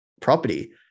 property